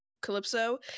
calypso